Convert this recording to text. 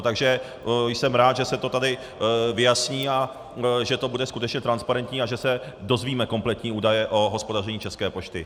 Takže jsem rád, že se to tady vyjasní a že to bude skutečně transparentní a že se dozvíme kompletní údaje o hospodaření České pošty.